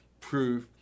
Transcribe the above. proof